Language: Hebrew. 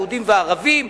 יהודים וערבים,